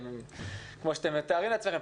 וכפי שאתם מתארים לעצמכם,